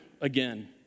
again